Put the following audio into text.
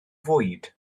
fwyd